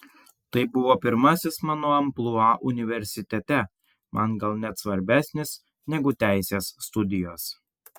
tai buvo pirmasis mano amplua universitete man gal net svarbesnis negu teisės studijos